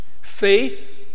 Faith